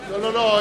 לא, לא.